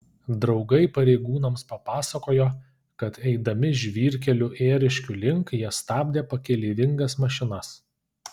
draugai pareigūnams papasakojo kad eidami žvyrkeliu ėriškių link jie stabdė pakeleivingas mašinas